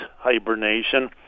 hibernation